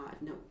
no